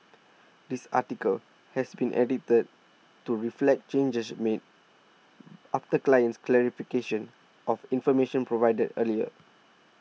this article has been edited to reflect changes made after client's clarification of information provided earlier